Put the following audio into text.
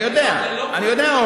אני יודע,